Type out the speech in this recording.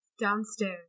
downstairs